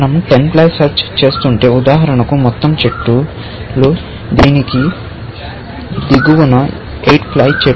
మనం 10 ply search చేస్తుంటే ఉదాహరణకు మొత్తం చెట్లు దీనికి దిగువన 8 ప్లై చెట్లు కట్ ఆఫ్ బడతాయి